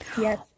Yes